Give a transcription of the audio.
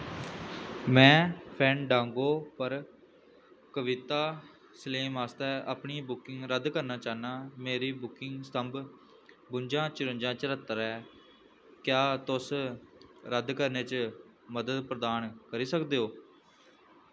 में फैनडांगो पर कविता स्लैम आस्तै अपनी बुकिंग रद्द करना चाह्न्नां मेरी बुकिंग स्तंभ बुंजा चरुंजा चर्हत्तर ऐ क्या तुस रद्द करने च मदद प्रदान करी सकदे ओ